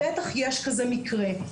בטח יש כזה מקרה,